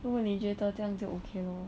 如果你觉得这样就 okay lor